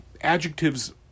adjectives